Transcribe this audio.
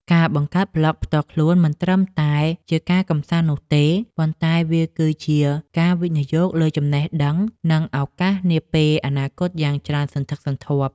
ការបង្កើតប្លក់ផ្ទាល់ខ្លួនមិនត្រឹមតែជាការកម្សាន្តនោះទេ ប៉ុន្តែវាគឺជាការវិនិយោគលើចំណេះដឹង និងឱកាសនាពេលអនាគតយ៉ាងច្រើនសន្ធឹកសន្ធាប់